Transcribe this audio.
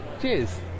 Cheers